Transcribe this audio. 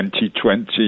2020